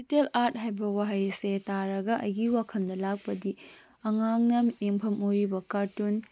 digital art ꯍꯥꯏꯕ ꯋꯥꯍꯩꯁꯦ ꯇꯔꯥꯒ ꯑꯩꯒꯤ ꯋꯥꯈꯜꯗ ꯂꯥꯛꯄꯗꯤ ꯑꯉꯥꯡꯅ ꯌꯨꯝꯐꯝ ꯑꯣꯏꯔꯤꯕ ꯀꯥꯔꯇꯨꯟ